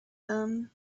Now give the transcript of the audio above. them